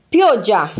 Pioggia